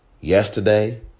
yesterday